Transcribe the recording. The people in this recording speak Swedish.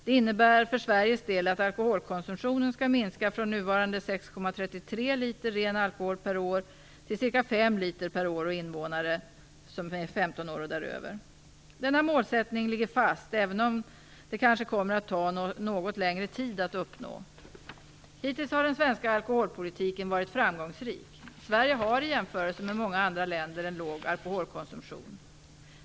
Det innebär för Sveriges del att alkoholkonsumtionen skall minska från nuvarande 6,33 liter ren alkohol per år till ca 5,0 Denna målsättning ligger fast, även om det kanske kommer att ta något längre tid att uppnå den. Hittills har den svenska alkoholpolitiken varit framgångsrik. Sverige har i jämförelse med många andra länder en låg alkoholkonsumtion.